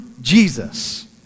Jesus